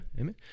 amen